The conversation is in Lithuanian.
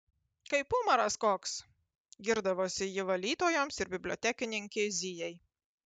kaip umaras koks girdavosi ji valytojoms ir bibliotekininkei zijai